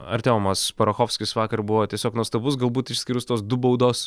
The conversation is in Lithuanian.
artiomas parachofskis vakar buvo tiesiog nuostabus galbūt išskyrus tuos du baudos